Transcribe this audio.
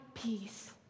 peace